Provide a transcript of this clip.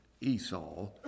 Esau